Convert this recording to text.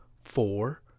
four